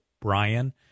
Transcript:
Brian